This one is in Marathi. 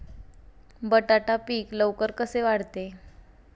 बटाटा पीक लवकर कसे वाढते?